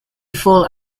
fall